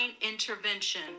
intervention